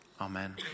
Amen